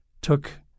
took